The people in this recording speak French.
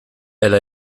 elle